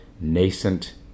nascent